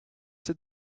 did